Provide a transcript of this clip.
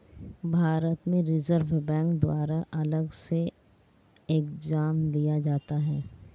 भारत में reserve bank द्वारा अलग से एग्जाम लिया जाता है